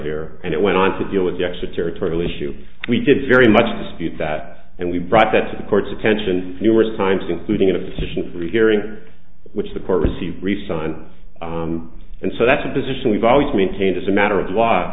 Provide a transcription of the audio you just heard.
here and it went on to deal with the extraterritorial issue we did very much dispute that and we brought that to the court's attention numerous times including a petition for rehearing which the court received resigned and so that's a position we've always maintained as a matter of law